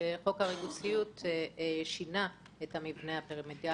חוק הריכוזיות שינה את המבנה הפירמידיאלי.